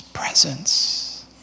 Presence